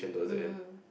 mm